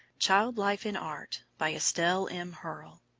child-life in art by estelle m. hurll,